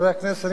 חברי הכנסת,